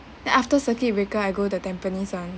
then after circuit breaker I go the tampines [one]